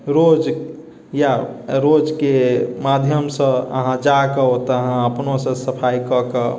रोज या रोजके माध्यमसँ अहाँ जाकऽ ओतऽ अहाँ अपनोसँ सफाइ कऽकऽ